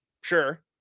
Sure